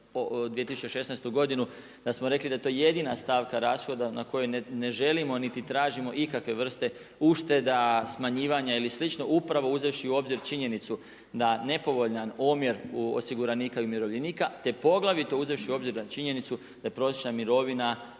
2016. godinu da smo rekli da je to jedina stavka rashoda na kojoj ne želimo niti tražimo ikakve vrste ušteda, smanjivanja ili slično, upravo uzevši u obzir činjenicu da nepovoljan omjer osiguranika i umirovljenika te poglavito uzevši u obzir činjenicu da je prosječna mirovina